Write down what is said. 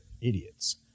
idiots